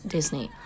Disney